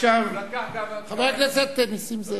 חבר הכנסת נסים זאב,